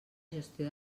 gestió